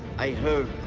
i heard.